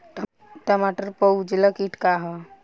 टमाटर पर उजला किट का है?